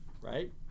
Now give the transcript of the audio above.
Right